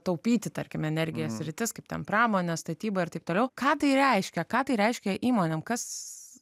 taupyti tarkime energiją sritis kaip ten pramonė statyba ir taip toliau ką tai reiškia ką tai reiškia įmonėm kas